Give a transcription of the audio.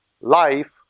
life